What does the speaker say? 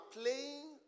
playing